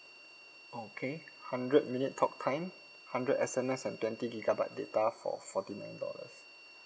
okay hundred minute talk time hundred S_M_S and twenty gigabyte data for forty nine dollars